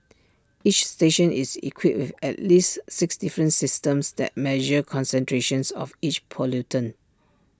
each station is equipped with at least six different systems that measure concentrations of each pollutant